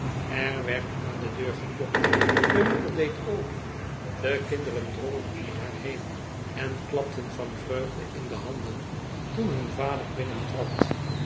er werd aan de deur geklopt de moeder deed open de kinderen drongen om haar heen en klapten van vreugde in de handen toen hun vader